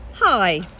Hi